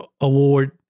award